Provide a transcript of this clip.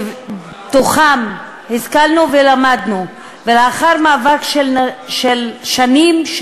שבהם השכלנו ולמדנו, ולאחר מאבק של שנים,